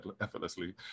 effortlessly